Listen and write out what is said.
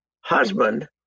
husband